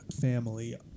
family